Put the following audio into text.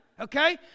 okay